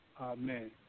Amen